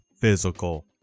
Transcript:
physical